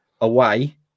away